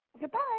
Goodbye